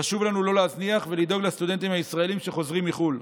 חשוב לנו לא להזניח ולדאוג לסטודנטים הישראלים שחוזרים מחו"ל.